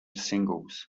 singles